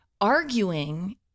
arguing